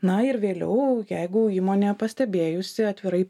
na ir vėliau jeigu įmonė pastebėjusi atvirai